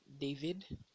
David